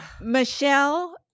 Michelle